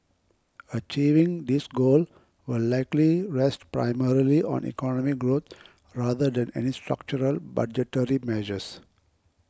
achieving this goal will likely rest primarily on economic growth rather than any structural budgetary measures